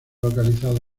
localizado